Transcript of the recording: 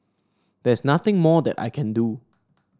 there's nothing more that I can do